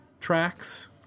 tracks